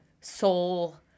soul